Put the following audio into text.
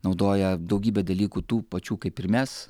naudoja daugybę dalykų tų pačių kaip ir mes